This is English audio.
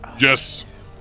Yes